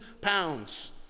pounds